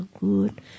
good